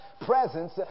presence